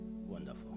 Wonderful